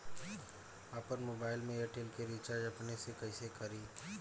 आपन मोबाइल में एयरटेल के रिचार्ज अपने से कइसे करि?